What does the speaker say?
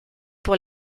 pour